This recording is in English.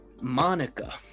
Monica